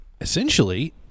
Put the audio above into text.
essentially